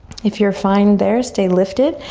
if you're fine there, stay lifted.